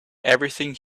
everything